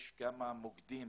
יש כמה מוקדים